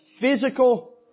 physical